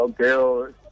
okay